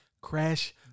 Crash